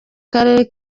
karere